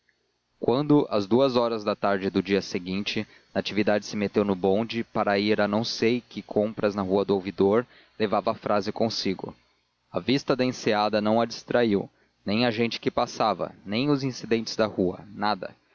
quando às duas horas da tarde do dia seguinte natividade se meteu no bonde para ir a não sei que compras na rua do ouvidor levava a frase consigo a vista da enseada não a distraiu nem a gente que passava nem os incidentes da rua nada